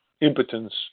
impotence